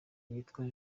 yitwa